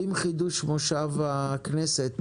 עם חידוש מושב הכנסת